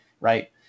right